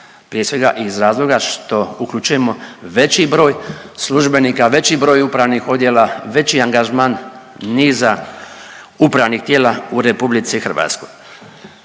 prije svega i iz razloga što uključujemo veći broj službenika, veći broj upravnih odjela, veći angažman niza upravnih tijela u RH. Prije